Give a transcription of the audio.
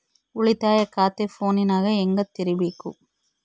ಉಳಿತಾಯ ಖಾತೆ ಫೋನಿನಾಗ ಹೆಂಗ ತೆರಿಬೇಕು?